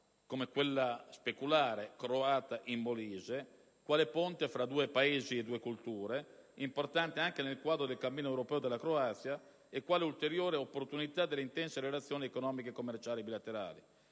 come quella speculare croata in Molise, quale ponte tra due Paesi e due culture, importante anche nel quadro del cammino europeo della Croazia, e quale ulteriore opportunità nelle intense relazioni economico-commerciali bilaterali.